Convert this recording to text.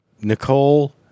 Nicole